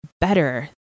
better